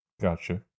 Gotcha